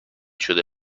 شده